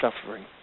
suffering